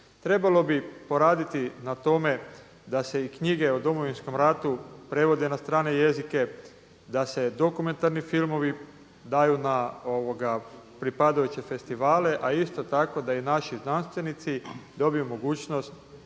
Trebalo bi poraditi na tome da se knjige o Domovinskom ratu prevode na strane jezike, da se dokumentarni filmovi daju na pripadajuće festivale, a isto tako da i naši znanstvenici dobiju mogućnost